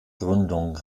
gründung